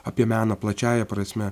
apie meną plačiąja prasme